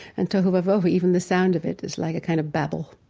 and tohu va-vohu, even the sound of it is like a kind of babble,